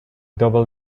double